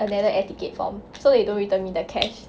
another air ticket form so they don't return me the cash